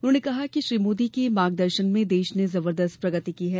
उन्होंने कहा कि श्री मोदी के मार्गदर्शन में देश ने जबरदस्त प्रगति की है